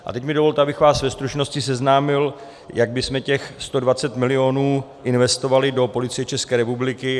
A teď mi dovolte, abych vás ve stručnosti seznámil, jak bychom těch 120 mil. investovali do Policie České republiky.